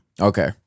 Okay